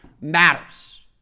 matters